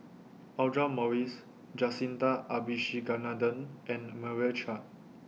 Audra Morrice Jacintha Abisheganaden and Meira Chand